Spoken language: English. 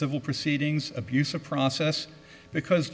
civil proceedings abuse of process because